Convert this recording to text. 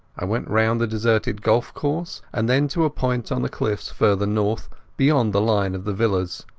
i went round the deserted golf-course, and then to a point on the cliffs farther north beyond the line of the villas.